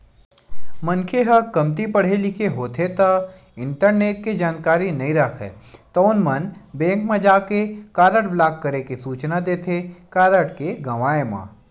मनखे ह कमती पड़हे लिखे होथे ता इंटरनेट के जानकारी नइ राखय तउन मन बेंक म जाके कारड ब्लॉक करे के सूचना देथे कारड के गवाय म